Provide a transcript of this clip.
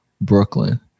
Brooklyn